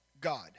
God